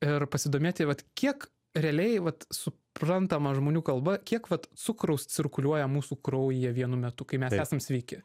ir pasidomėti vat kiek realiai vat suprantama žmonių kalba kiek vat cukraus cirkuliuoja mūsų kraujyje vienu metu kai mes esam sveiki